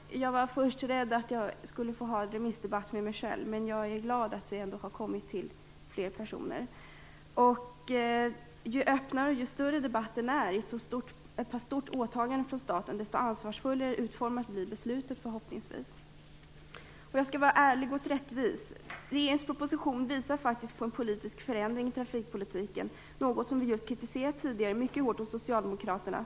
Jag var först rädd att jag skulle få föra en remissdebatt med mig själv, så jag är glad att fler personer har kommit till. Ju större och öppnare debatten är i ett sådant här pass stort åtagande från staten desto ansvarsfullare utformat blir förhoppningsvis beslutet. Jag skall vara ärlig och rättvis. Regeringens proposition visar faktiskt på en politisk förändring i trafikpolitiken. Trafikpolitiken är något som Miljöpartiet tidigare mycket hårt kritiserat Socialdemokraterna för.